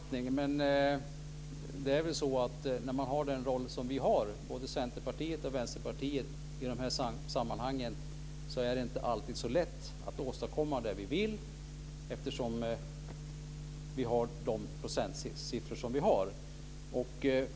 Fru talman! Där har vi nog inte riktigt samma uppfattning. När man har den roll som vi har, både Centerpartiet och Vänsterpartiet, i de här sammanhangen är det inte alltid så lätt att åstadkomma det vi vill eftersom vi har de procentsiffror som vi har.